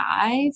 five